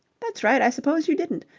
that's right, i suppose you didn't.